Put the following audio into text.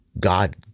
God